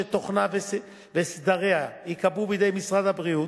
שתוכנה וסדריה ייקבעו בידי משרד הבריאות,